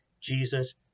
Jesus